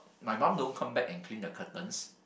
my mum don't come back and clean the curtains